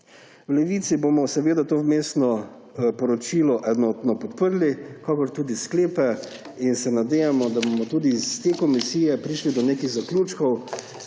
V Levici bomo to vmesno poročilo podprli, kakor tudi sklepe in se nadejamo, da bomo tudi s te komisije prišli do nekih zaključkov,